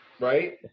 right